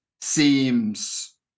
seems